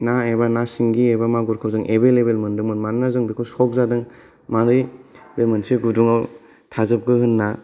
ना एबा ना सिंगि एबा मागुरखौ जों एबेलेबेल मोन्दोंमोन मानोना बेखौ जों शक जादों मारै बे मोनसे गुदुङाव थाजोबखो होनना